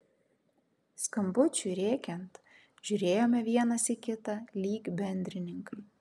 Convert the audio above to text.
skambučiui rėkiant žiūrėjome vienas į kitą lyg bendrininkai